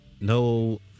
no